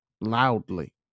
Loudly